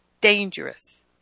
dangerous